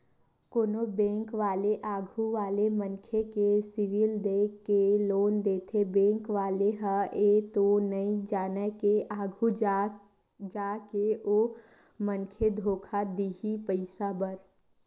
कोनो बेंक वाले आघू वाले मनखे के सिविल देख के लोन देथे बेंक वाले ह ये तो नइ जानय के आघु जाके ओ मनखे धोखा दिही पइसा बर